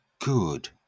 good